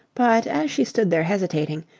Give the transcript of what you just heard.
but, as she stood there hesitating,